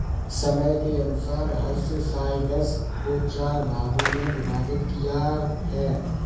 समय के अनुसार हर्बिसाइड्स को चार भागों मे विभाजित किया है